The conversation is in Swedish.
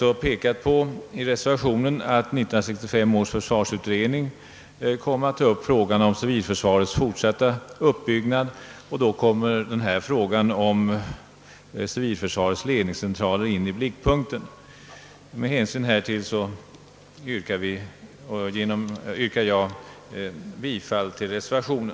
Vi pekar också på att 1965 års försvarsutredning kommer att ta upp frågan om civilförsvarets fortsatta uppbyggnad, varvid detta spörsmål om civilförsvarets ledningscentraler kommer in i bilden. Herr talman! Jag yrkar bifall till reservationen.